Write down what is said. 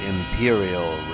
Imperial